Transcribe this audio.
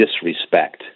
disrespect